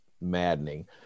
maddening